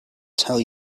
tell